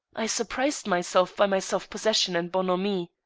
i surprised myself by my self-possession and bonhomie.